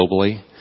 globally